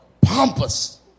pompous